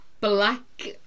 black